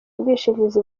ubwishingizi